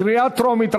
קריאה טרומית.